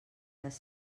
les